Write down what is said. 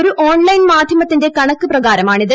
ഒരു ഓൺലൈൻ മാധ്യമത്തിന്റെ കണക്ക് പ്രകാരമാണിത്